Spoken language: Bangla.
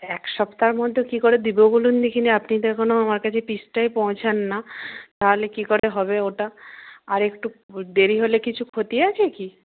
এক সপ্তাহের মধ্যে কী করে দেবো বলুন দেখি আপনি তো এখনও আমার কাছে পিসটাই পৌঁছাননি তাহলে কী করে হবে ওটা আরেকটু দেরি হলে কিছু ক্ষতি আছে কি